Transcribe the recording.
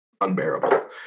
unbearable